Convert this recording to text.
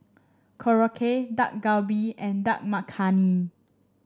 Korokke Dak Galbi and Dal Makhani